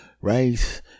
Right